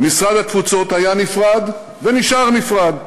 משרד התפוצות היה נפרד, ונשאר נפרד,